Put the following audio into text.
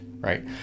right